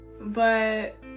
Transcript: But-